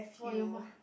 !wah! you ma~